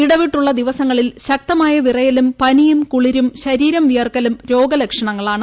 ഇടവിട്ടുള്ള ദിവസങ്ങളിൽ ശക്തമായ വിറയലും പനിയും കുളിരും ശരീരം വിയർക്കലും രോഗലക്ഷണങ്ങളാണ്